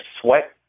sweat